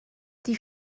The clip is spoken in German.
die